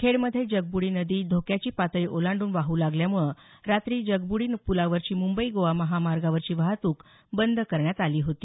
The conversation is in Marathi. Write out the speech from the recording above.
खेडमध्ये जगब्डी नदी धोक्याची पातळी ओलांडून वाहू लागल्यामुळं रात्री जगबुडी पुलावरची मुंबई गोवा महामार्गावरची वाहतूक बंद करण्यात आली होती